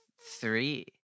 three